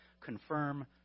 confirm